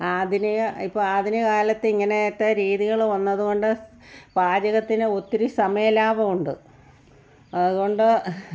ആധുനിക ഇപ്പോൾ ആധുനിക കാലത്തെ ഇങ്ങനത്തെ രീതികൾ വന്നത് കൊണ്ട് പാചകത്തിന് ഒത്തിരി സമയം ലാഭമുണ്ട് അതു കൊണ്ട്